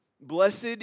Blessed